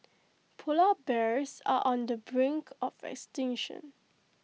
Polar Bears are on the brink of extinction